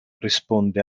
risponde